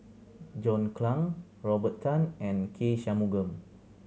John Clang Robert Tan and K Shanmugam